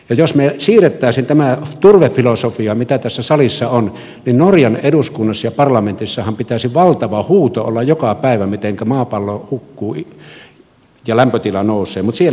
jos me siirtäisimme tämän turvefilosofian mitä tässä salissa on niin norjan eduskunnassa ja parlamentissahan pitäisi valtava huuto olla joka päivä mitenkä maapallo hukkuu ja lämpötila nousee mutta siellä sitä ei ole